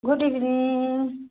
good evening